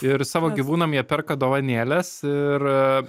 ir savo gyvūnam jie perka dovanėles ir